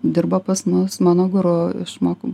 dirbo pas mus mano guru išmoko